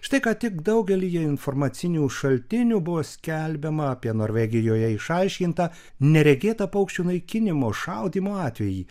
štai ką tik daugelyje informacinių šaltinių buvo skelbiama apie norvegijoje išaiškintą neregėtą paukščių naikinimo šaudymo atvejį